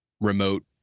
remote